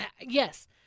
Yes